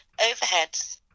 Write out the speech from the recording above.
overheads